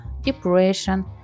depression